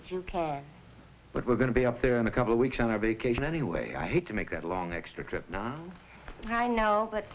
that you can't but we're going to be up there in a couple of weeks on our vacation anyway i hate to make that long extra trip down i know but